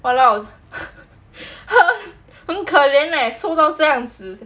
!walao! 很可怜 leh 瘦到这样子